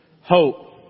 Hope